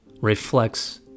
reflects